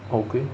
okay